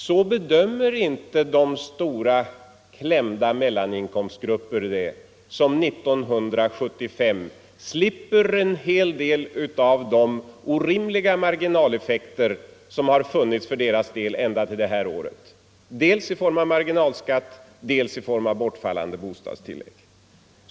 Så bedömer inte de stora klämda mellaninkomstgrupperna det, som 1975 slipper en hel del av de orimliga marginaleffekter som de fått dras med ända till i år, dels i form av marginalskatt, dels i form av bortfallande bostadstillägg.